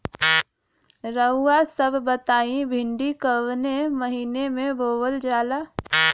रउआ सभ बताई भिंडी कवने महीना में बोवल जाला?